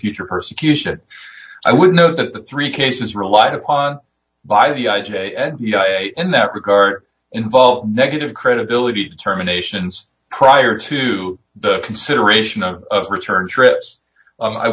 future persecution i would know that three cases relied upon by the in that regard involve negative credibility determinations prior to the consideration of return trips